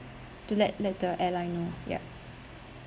to let let the airline know ya